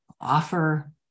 offer